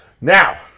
now